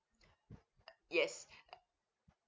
yes